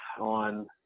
on